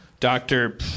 Doctor